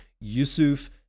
Yusuf